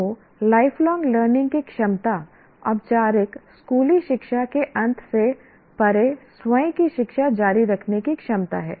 तो life long learning की क्षमता औपचारिक स्कूली शिक्षा के अंत से परे स्वयं की शिक्षा जारी रखने की क्षमता है